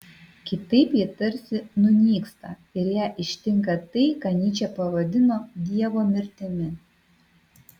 kitaip ji tarsi nunyksta ir ją ištinka tai ką nyčė pavadino dievo mirtimi